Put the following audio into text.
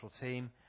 team